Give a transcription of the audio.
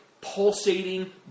pulsating